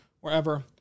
wherever